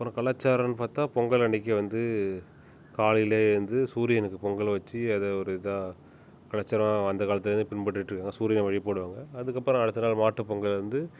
அப்புறம் கலாச்சாரம்னு பார்த்தா பொங்கல் அன்றைக்கி வந்து காலையில் எழுந்து சூரியனுக்குப் பொங்கல் வச்சு அதை ஒரு இதாக கலாச்சாரம் அந்தக் காலத்திலேருந்து பின்பற்றிகிட்ருக்காங்க சூரியன் வழிபடுவாங்கள் அதுக்கப்புறம் அடுத்த நாள் மாட்டுப்பொங்கல் வந்து